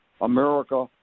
America